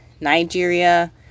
Nigeria